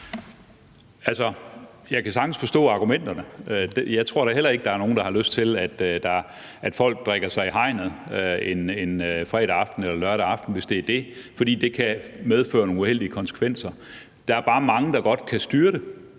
jeg kan sagtens forstå argumenterne. Jeg tror da heller ikke, der er nogen, der har lyst til, at folk drikker sig i hegnet en fredag aften eller lørdag aften, hvis det er det, for det kan medføre nogle uheldige konsekvenser. Der er bare mange, der godt kan styre det.